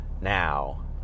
now